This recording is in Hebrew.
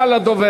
האוצר,